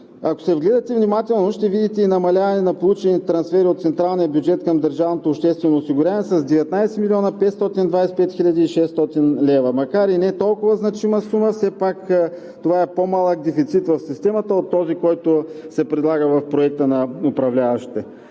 Ако се вгледате внимателно, ще видите и намаляване на получените трансфери от централния бюджет към държавното обществено осигуряване с 19 млн. 525 хил. 600 лв. Макар и не толкова значима сума, все пак това е по-малък дефицит в системата от този, който се предлага в Проекта на управляващите.